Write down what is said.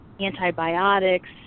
antibiotics